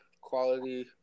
quality –